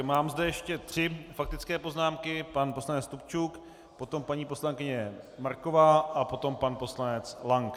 Mám zde ještě tři faktické poznámky pan poslanec Stupčuk, potom paní poslankyně Marková a potom pan poslanec Lank.